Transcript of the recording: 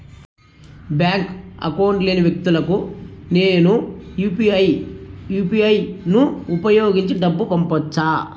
Bank account లేని వ్యక్తులకు నేను యు పి ఐ యు.పి.ఐ ను ఉపయోగించి డబ్బు పంపొచ్చా?